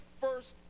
first